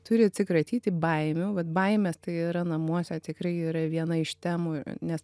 turi atsikratyti baimių baimės tai yra namuose tikrai yra viena iš temų nes